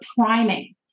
priming